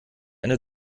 eine